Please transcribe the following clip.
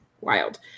wild